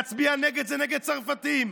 להצביע נגד זה נגד צרפתים,